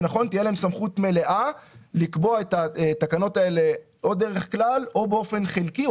תהיה להם סמכות מלאה לקבוע את התקנות האלה או דרך כלל או באופן חלקי,